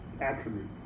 attribute